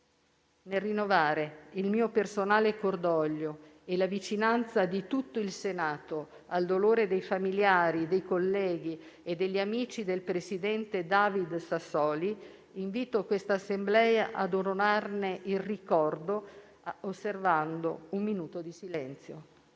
Nel rinnovare il mio personale cordoglio e la vicinanza di tutto il Senato al dolore dei familiari, dei colleghi e degli amici del presidente David Sassoli, invito questa Assemblea a onorarne il ricordo osservando un minuto di silenzio.